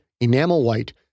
enamel-white